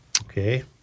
okay